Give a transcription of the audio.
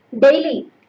daily